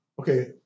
okay